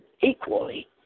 equally